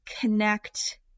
connect